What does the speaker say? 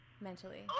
mentally